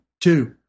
two